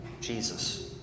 Jesus